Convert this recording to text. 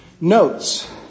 notes